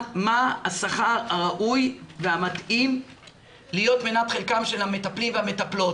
מה השכר הראוי והמתאים להיות מנת חלקם של ה מטפלים והמטפלות